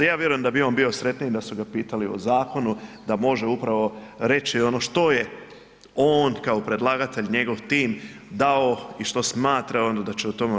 Ja vjerujem da bi on bio sretniji da su ga pitali o zakonu da može upravo reći ono što je on kao predlagatelj, njegov tim dao i što smatra da će ono u tome